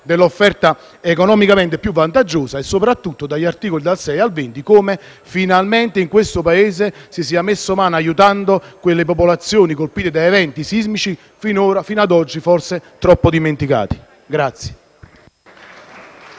dell'offerta economicamente più vantaggiosa e soprattutto negli articoli dal 6 al 20, finalmente in questo Paese si è intervenuti in aiuto di quelle popolazioni colpite da eventi sismici fino ad oggi forse dimenticati.